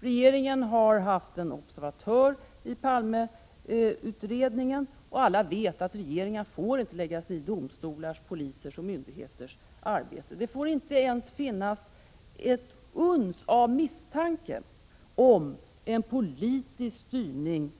Regeringen har haft en observatör i Palmeutredningen, och alla vet att regeringar inte får lägga sig i domstolars, polisers och myndigheters arbete. Det får inte ens finnas ett uns av misstanke om politisk styrning